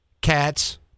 cats